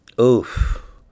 Oof